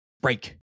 Break